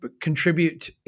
contribute